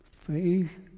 Faith